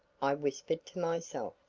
i whispered to myself.